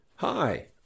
Hi